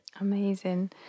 amazing